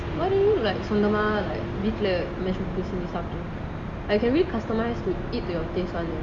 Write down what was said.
what do you like சொந்தமா:sonthama like வீட்டுல:veetula mashed potatoes செஞ்சி சாப்பிடலாம்:senji sapdalam like can we customize to eat to your taste one you know